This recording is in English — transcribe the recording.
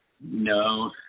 No